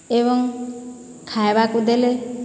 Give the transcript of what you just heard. ଏବଂ ଖାଇବାକୁ ଦେଲେ